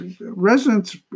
residents